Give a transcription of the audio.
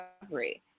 recovery